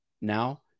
now